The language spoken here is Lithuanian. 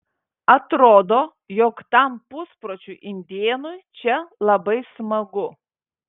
atrodo jog tam puspročiui indėnui čia labai smagu